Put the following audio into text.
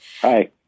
Hi